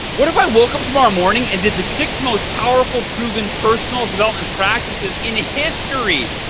what if i woke up tomorrow morning and did the six most powerful proven, personal development practices in history?